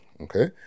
Okay